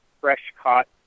fresh-caught